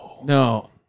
No